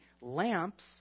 Lamps